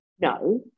No